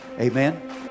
Amen